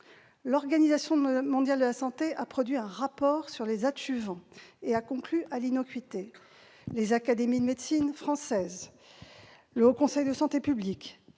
L'Organisation mondiale de la santé a produit un rapport sur les adjuvants et a conclu à leur innocuité. Les académies de médecine françaises, le Haut Conseil de la santé publique,